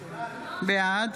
בעד